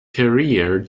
career